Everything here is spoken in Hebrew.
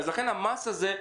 לכן המס הזה,